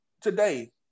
today